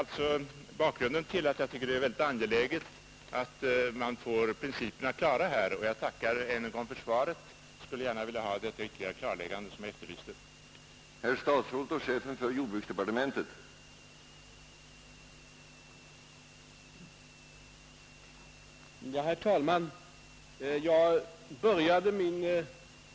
Detta är bakgrunden till att jag anser det vara mycket angeläget att vi får principerna helt klara i detta fall. Jag tackar än en gång för svaret men skulle gärna vilja ha det ytterligare klarläggande som jag här efterlyst.